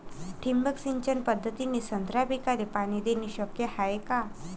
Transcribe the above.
ठिबक सिंचन पद्धतीने संत्रा पिकाले पाणी देणे शक्य हाये का?